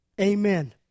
Amen